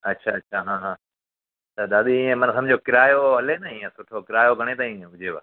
अच्छा अच्छा हा हा त दादी हीअं माना सम्झो किरायो हले न हीअं सुठो किरायो घणे ताईं हुजेव